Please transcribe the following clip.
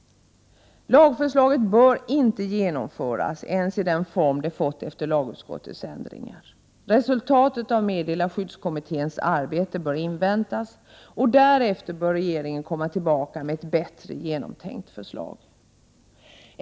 Lagförslaget bör inte genomföras ens i den form det fått efter lagutskottets ändringar. Resultatet av meddelarskyddskommitténs arbete bör inväntas, och därefter bör regeringen komma tillbaka med ett bättre genomtänkt förslag.